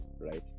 right